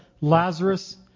Lazarus